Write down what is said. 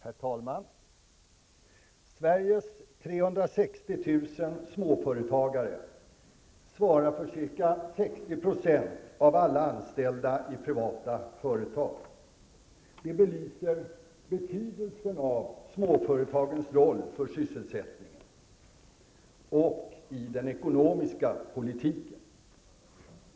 Herr talman! Sveriges 360 000 småföretagare svarar för ca 60 % av alla anställda i privata företag. Det belyser betydelsen av småföretagens roll för sysselsättningen och i den ekonomiska politiken.